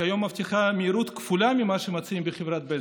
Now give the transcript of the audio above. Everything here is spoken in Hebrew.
שכיום מבטיחה מהירות כפולה ממה שמציעים בחברת בזק,